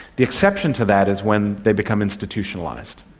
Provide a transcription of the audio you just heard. the exception to that is when they become institutionalised,